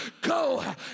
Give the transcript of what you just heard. Go